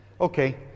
Okay